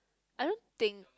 I don't think